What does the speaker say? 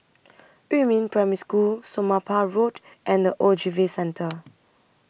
Yumin Primary School Somapah Road and The Ogilvy Centre